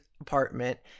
apartment